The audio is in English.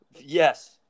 Yes